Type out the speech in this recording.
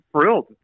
thrilled